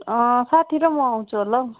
साथी र म आउँछु होला हौ